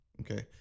Okay